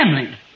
family